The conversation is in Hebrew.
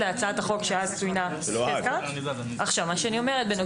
בנוגע לעיצום הכספי הנוכחי שמוצע,